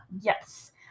Yes